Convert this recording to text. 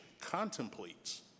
contemplates